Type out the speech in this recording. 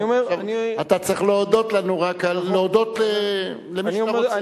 עכשיו אתה צריך להודות לנו, להודות למי שאתה רוצה.